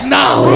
now